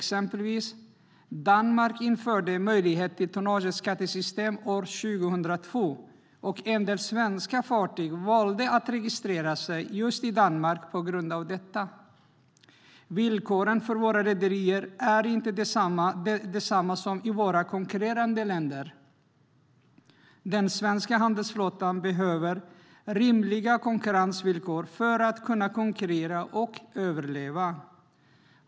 Exempelvis införde Danmark möjlighet till tonnageskattesystem år 2002. En del svenska fartyg valde att registrera sig i Danmark på grund av detta. Villkoren för våra rederier är inte desamma som dem i våra konkurrerande länder. Den svenska handelsflottan behöver rimliga konkurrensvillkor för att kunna konkurrera och överleva.